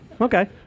okay